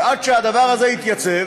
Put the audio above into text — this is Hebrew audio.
ועד שהדבר הזה יתייצב,